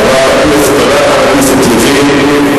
תודה לחבר הכנסת לוין.